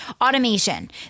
automation